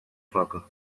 facă